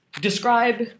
describe